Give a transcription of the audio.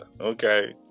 Okay